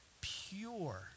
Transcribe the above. Pure